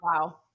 Wow